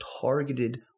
targeted